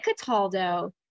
Cataldo